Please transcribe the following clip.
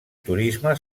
turisme